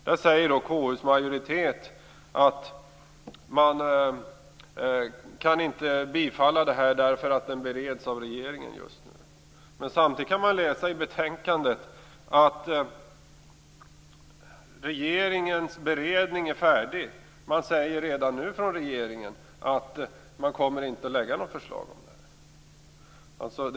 KU:s majoritet svarar att förslaget inte kan bifallas därför att frågan bereds av regeringen just nu. Samtidigt kan vi läsa i betänkandet att regeringens beredning är färdig. Regeringen säger redan nu att man inte kommer att lägga fram något förslag om medborgarinitiativ.